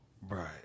Right